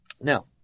Now